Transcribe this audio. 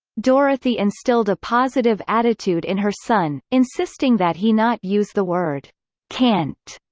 dorothy instilled a positive attitude in her son, insisting that he not use the word can't.